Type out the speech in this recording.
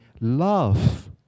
love